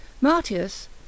Martius